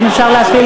אם אפשר להפעיל